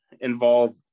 involve